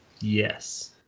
Yes